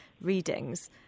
readings